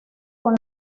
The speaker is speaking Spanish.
con